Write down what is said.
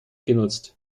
genutzt